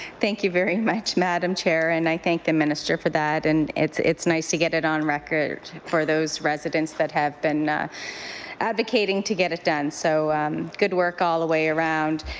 thank you very much madam chair and i thank the minister for that and it's it's nice to get it on record for those residents that have been advocating to get it done, so good work all the way around.